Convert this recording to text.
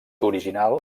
original